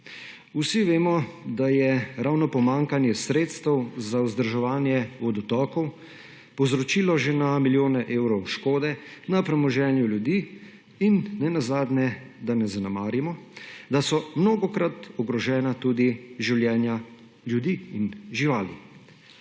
Vsi vemo, da je ravno pomanjkanje sredstev za vzdrževanje vodotokov povzročilo že na milijone evrov škode na premoženju ljudi. In nenazadnje, da ne zanemarimo, da so mnogokrat ogrožena tudi življenja ljudi in živali.